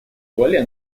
более